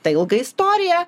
ta ilga istorija